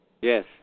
Yes